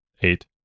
Eight